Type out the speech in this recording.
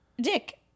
Dick